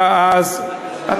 תצטט את הכול,